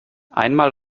einmal